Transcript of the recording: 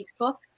Facebook